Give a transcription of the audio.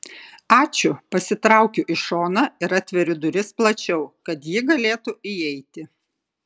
ačiū pasitraukiu į šoną ir atveriu duris plačiau kad ji galėtų įeiti